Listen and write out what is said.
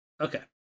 Okay